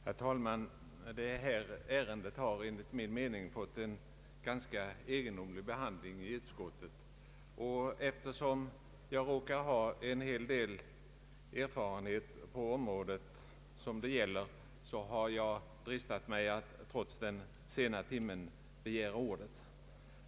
Herr talman! Detta ärende har enligt min mening fått en ganska egendomlig behandling i utskottet. Eftersom jag råkar ha en hel del erfarenhet på det aktuella området har jag dristat mig att trots den sena timmen begära ordet.